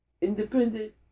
independent